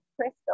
crystal